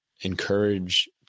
encourage